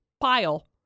pile